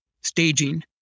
staging